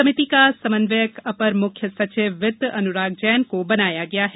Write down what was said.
समिति का समन्वयक अपर मुख्य सचिव वित्त श्री अनुराग जैन को बनाया गया है